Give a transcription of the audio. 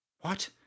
What